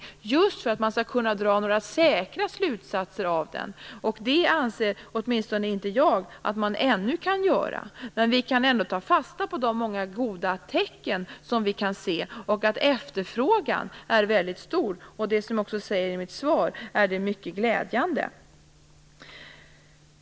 Det är just för att man skall kunna dra säkra slutsatser av den. Det anser åtminstone inte jag att man kan göra ännu, men vi kan ändå ta fasta på de många goda tecken vi kan se, och på att efterfrågan är väldigt stor. Som jag säger i mitt svar är det mycket glädjande.